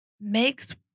makes